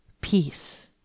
Peace